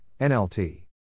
NLT